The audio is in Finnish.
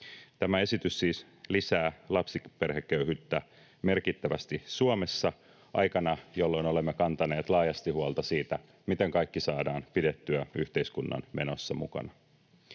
Tämä esitys siis lisää lapsiperheköyhyyttä merkittävästi Suomessa aikana, jolloin olemme kantaneet laajasti huolta siitä, miten kaikki saadaan pidettyä yhteiskunnan menossa mukana.